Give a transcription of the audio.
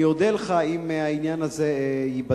אני אודה לך אם העניין הזה ייבדק,